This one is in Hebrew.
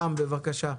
רם, בבקשה.